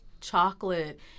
chocolate